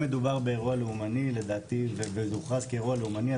אם מדובר באירוע לאומני והוא יוכרז כאירוע לאומי,